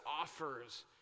offers